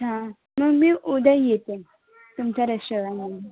अच्छा मग मी उद्या येते तुमच्या रेस्टॉरंटमध्ये